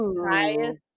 Highest